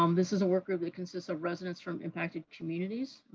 um this is a work group that consists of residents from impacted communities,